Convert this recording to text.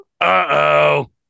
Uh-oh